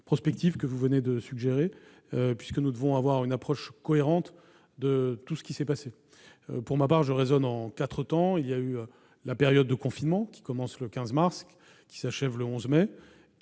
prospective que vous venez de suggérer, puisque nous devons avoir une approche cohérente de tout ce qui s'est passé. Pour ma part, je raisonne en quatre temps. La première période a été le confinement, commencé le 15 mars dernier et achevé le 11 mai.